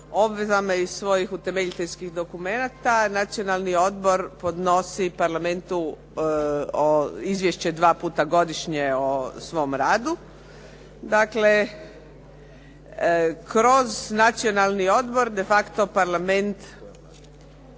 obvezama iz svojih utemeljiteljskih dokumenata Nacionalni odbor podnosi parlamentu izvješće dva puta godišnje o svom radu. Dakle, kroz Nacionalni odbor de facto parlament